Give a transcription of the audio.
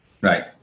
Right